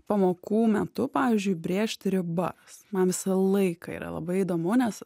pamokų metu pavyzdžiui brėžti ribas man visą laiką yra labai įdomu nes